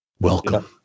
welcome